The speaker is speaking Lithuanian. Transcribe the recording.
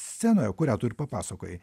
scenoje kurią tu ir papasakojai